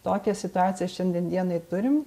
tokią situaciją šiandien dienai turim